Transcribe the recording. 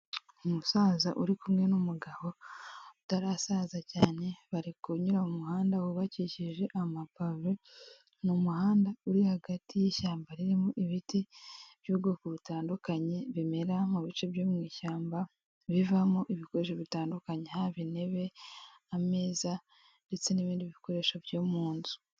Umusaza uri kumwe n'umugabo utarasaza cyane, bari kunyura mu muhanda wubakishije amapave, ni umuhanda uri hagati y'ishyamba ririmo ibiti by'ubwoko butandukanye, bimera mu bice byo mu ishyamba bivamo ibikoresho bitandukanye, haba intebe, ameza ndetse n'ibindi bikoresho byo mu nzu.